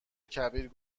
کبیر